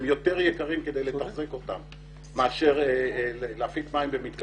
הם יותר יקרים כדי לתחזק אותם מאשר להפיק מים במתקני התפלה.